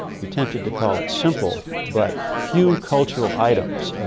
you're tempted to call it simple, but few cultural items,